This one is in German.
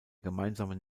gemeinsamen